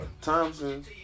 Thompson